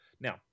now